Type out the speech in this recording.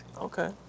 Okay